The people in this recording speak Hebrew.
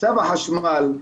צו החשמל,